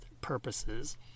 purposes